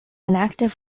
inactive